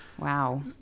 Wow